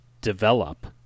develop